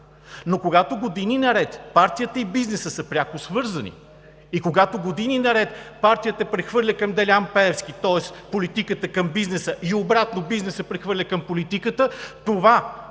но когато години наред партията и бизнесът са пряко свързани и когато години наред партията прехвърля към Делян Пеевски, тоест политиката към бизнеса и обратно – бизнесът прехвърля към политиката, това